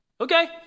Okay